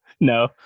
No